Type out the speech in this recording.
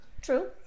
True